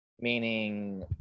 meaning